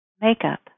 makeup